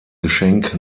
geschenk